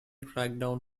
crackdown